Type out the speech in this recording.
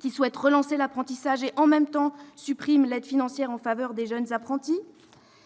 qui souhaite relancer l'apprentissage et, « en même temps », supprime l'aide financière en faveur des jeunes apprentis,